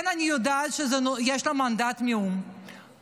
כן, אני יודעת שיש לו מנדט מהאו"ם.